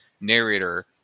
narrator